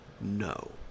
no